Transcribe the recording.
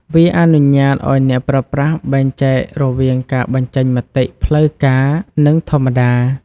វាអនុញ្ញាតឱ្យអ្នកប្រើប្រាស់បែងចែករវាងការបញ្ចេញមតិផ្លូវការ និងធម្មតា។